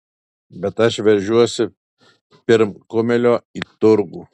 bet aš veržiuosi pirm kumelio į turgų